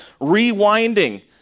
rewinding